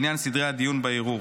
בעניין סדרי הדיון בערעור.